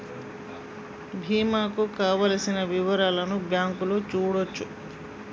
బీమా కు కావలసిన వివరాలను బ్యాంకులో చూడొచ్చా?